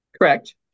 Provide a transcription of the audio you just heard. Correct